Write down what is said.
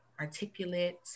articulate